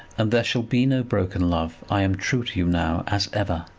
and there shall be no broken love. i am true to you now as ever.